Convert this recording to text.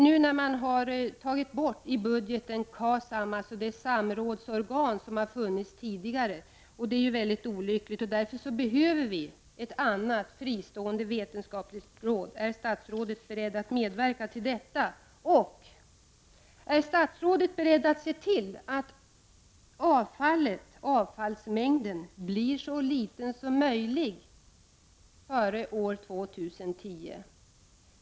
Det är väldigt olyckligt att man i årets budget har tagit bort KASAM, det samrådsorgan som har funnits tidigare. Därför behövs ett annat fristående vetenskapligt råd. Är statsrådet beredd att medverka till detta? Är statsrådet beredd att se till att avfallsmängden blir så liten som möjligt före år 2010?